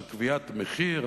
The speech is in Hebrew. של קביעת מחיר